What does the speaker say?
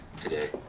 today